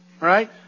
Right